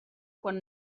quan